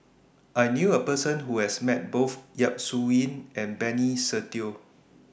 I knew A Person Who has Met Both Yap Su Yin and Benny Se Teo